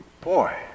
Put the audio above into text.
Boy